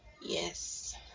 Yes